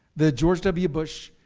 the george w. bush,